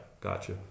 Gotcha